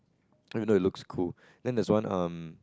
then you know it looks cool then there's one um